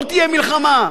לא תהיה מלחמה?